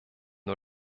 nur